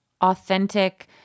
authentic